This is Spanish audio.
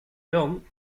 león